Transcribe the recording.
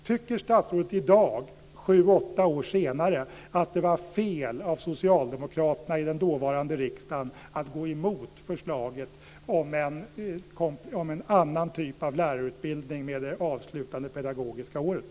Tycker statsrådet i dag, sju åtta år senare, att det var fel av socialdemokraterna i den dåvarande riksdagen att gå emot förslaget om en annan typ av lärarutbildning med det avslutande pedagogiska året?